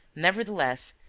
nevertheless,